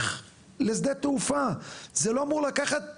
בדרך לשדה התעופה, זה לא אמור לקחת